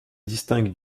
distingue